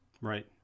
Right